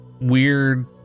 weird